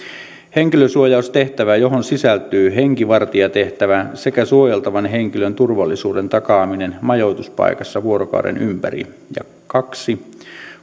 henkilösuojaustehtävää johon sisältyy henkivartijatehtävä sekä suojeltavan henkilön turvallisuuden takaaminen majoituspaikassa vuorokauden ympäri ja kaksi